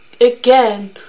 again